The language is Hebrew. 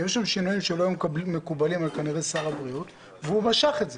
כי היו שם שינויים שלא היו מקובלים על שר הבריאות והוא משך את זה.